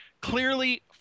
clearly